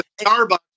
Starbucks